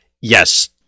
Yes